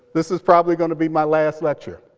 this is probably going to be my last lecture.